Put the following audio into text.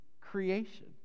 creation